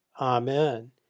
Amen